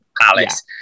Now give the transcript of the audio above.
Palace